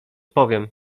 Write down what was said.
powiem